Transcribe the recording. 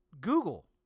Google